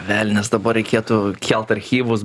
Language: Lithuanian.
velnias dabar reikėtų kelt archyvus